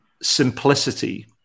simplicity